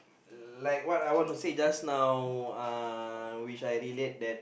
like what I want to say just now uh which I relate that